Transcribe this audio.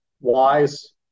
wise